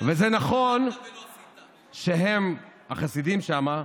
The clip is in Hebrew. וזה נכון שהם, החסידים שם,